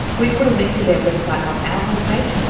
we've put a link to their website on our homepage,